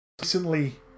recently